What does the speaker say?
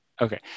Okay